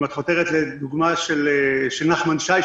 אם את חותרת לדוגמה של נחמן שי,